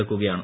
അടുക്കുകയാണ്